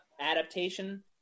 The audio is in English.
adaptation